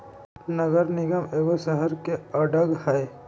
नगर निगम एगो शहरके अङग हइ